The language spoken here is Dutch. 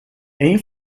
één